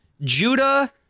Judah